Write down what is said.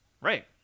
Right